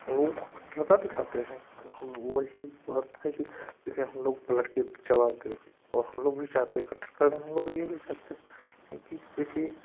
वे कट्टरता दिखाते हैं हम वही बात है कि कि जो हम लोग लठ चलाते और हम लोग भी चाहते कट्टरता में हम लोग भी यह भी चाहते है कि जोकि